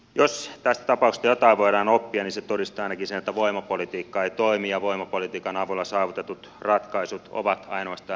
jos tästä tapauksesta jotain voidaan oppia niin se todistaa ainakin sen että voimapolitiikka ei toimi ja voimapolitiikan avulla saavutetut ratkaisut ovat ainoastaan väliaikaisia